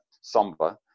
somber